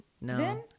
No